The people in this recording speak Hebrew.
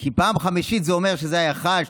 כי פעם חמישית זה אומר שזה היה אחת,